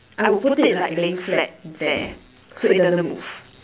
I would put it like laying flat there so it doesn't move